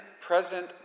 present